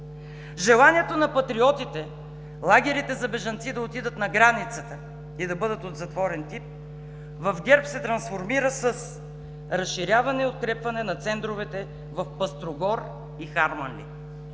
Желанието на патриотите лагерите за бежанци да отидат на границата и да бъдат от затворен тип, в ГЕРБ се трансформира с разширяване и укрепване на центровете в Пъстрогор и Харманли.